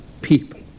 people